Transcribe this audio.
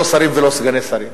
לא שרים ולא סגני שרים.